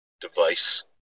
device